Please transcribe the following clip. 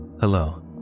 hello